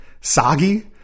soggy